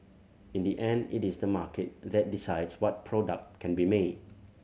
in the end it is the market that decides what product can be made